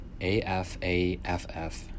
AFAFF